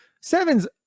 Seven's